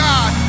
God